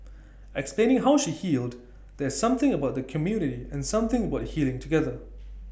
explaining how she healed there's something about the community and something about healing together